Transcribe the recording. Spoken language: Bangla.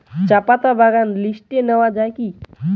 চাপাতা বাগান লিস্টে পাওয়া যায় কি?